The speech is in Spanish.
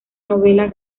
novela